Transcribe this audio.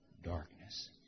darkness